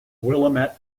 willamette